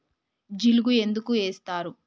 జిలుగు ఎందుకు ఏస్తరు?